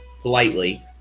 politely